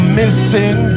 missing